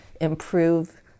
improve